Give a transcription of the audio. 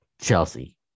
Chelsea